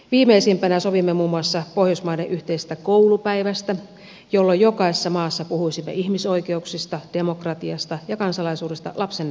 viimeisimpänä sovimme muun muassa pohjoismaiden yhteisestä koulupäivästä jolloin jokaisessa maassa puhuisimme ihmisoikeuksista demokratiasta ja kansalaisuudesta lapsen näkökulmasta